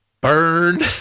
burn